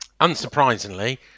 Unsurprisingly